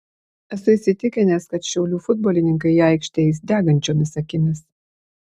esu įsitikinęs kad šiaulių futbolininkai į aikštę eis degančiomis akimis